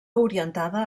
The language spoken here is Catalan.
orientada